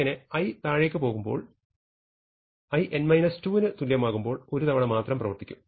ഇങ്ങനെ i താഴേക്ക് പോകുമ്പോൾ i n 2 ന് തുല്യമാകുമ്പോൾ 1 തവണ മാത്രം പ്രവർത്തിക്കും